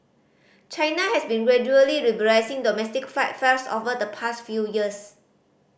China has been gradually liberalising domestic flight fares over the past few years